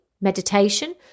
meditation